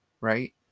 Right